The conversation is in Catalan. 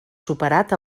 superat